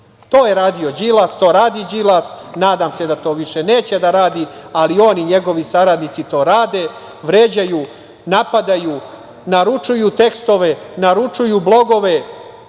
je radio Đilas, to radi Đilas, nadam se da to više neće da radi, ali on i njegovi saradnici to rade, vređaju, napadaju, naručuju tekstove, naručuju blogove,